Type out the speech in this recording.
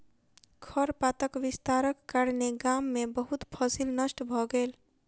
खरपातक विस्तारक कारणेँ गाम में बहुत फसील नष्ट भ गेल